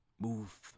move